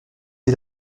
est